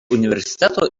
universiteto